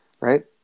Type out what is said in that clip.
Right